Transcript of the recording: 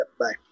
Bye